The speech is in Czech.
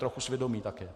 Trochu svědomí také.